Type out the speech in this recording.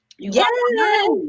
Yes